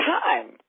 time